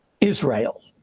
Israel